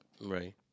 Right